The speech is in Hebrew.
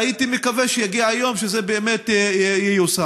והייתי מקווה שיגיע היום שזה באמת ייושם.